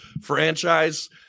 franchise